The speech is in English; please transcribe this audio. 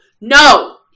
No